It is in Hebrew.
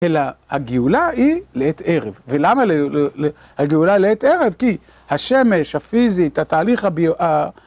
אלא הגאולה היא לעת ערב, ולמה הגאולה היא לעת ערב? כי השמש, הפיזית, התהליך ה...